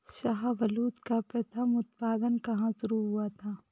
शाहबलूत का प्रथम उत्पादन कहां शुरू हुआ था?